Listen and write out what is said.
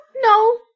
no